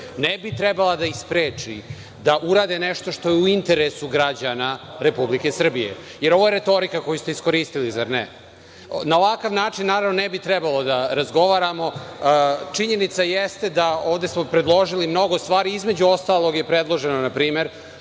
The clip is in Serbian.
ne bih trebala da je spreči da urade nešto što je u interesu građana Republike Srbije, jer ovo je retorika koju ste iskoristili, zar ne? Na ovakav način, naravno ne bih trebalo da razgovaramo. Činjenica jeste da smo ovde predložili mnogo stvari. Između ostalog je predloženo, na primer